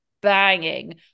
banging